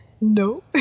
no